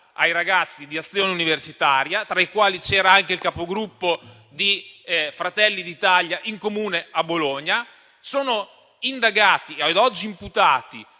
di ragazzi di Azione universitaria, tra i quali c'era anche il Capogruppo di Fratelli d'Italia in Comune a Bologna. Sono indagati e ad oggi imputati